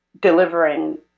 delivering